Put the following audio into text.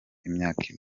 imyaka